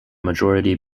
majority